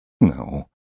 No